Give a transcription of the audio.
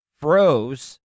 froze